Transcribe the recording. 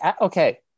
Okay